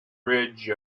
bridge